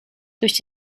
durch